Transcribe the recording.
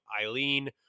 Eileen